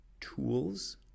tools